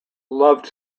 loves